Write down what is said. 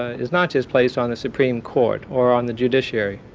is not just placed on the supreme court or on the judiciary?